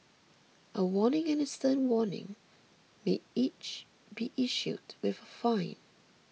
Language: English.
a warning and a stern warning may each be issued with a fine